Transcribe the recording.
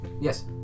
Yes